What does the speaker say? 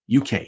UK